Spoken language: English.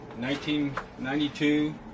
1992